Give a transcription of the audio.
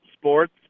sports